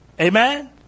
Amen